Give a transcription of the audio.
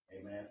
Amen